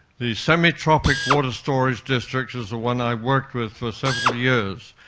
the semitropic water storage district is the one i worked with for several years.